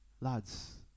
lads